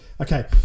Okay